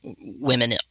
women